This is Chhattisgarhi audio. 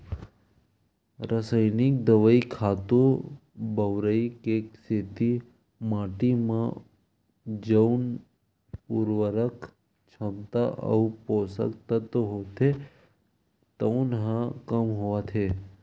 रसइनिक दवई, खातू बउरई के सेती माटी म जउन उरवरक छमता अउ पोसक तत्व होथे तउन ह कम होवत हे